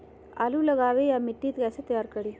आलु लगावे ला मिट्टी कैसे तैयार करी?